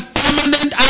permanent